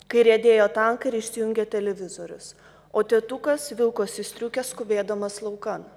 kai riedėjo tankai ir išsijungė televizorius o tėtukas vilkosi striukę skubėdamas laukan